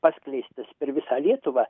paskleistas per visą lietuvą